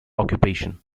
occupation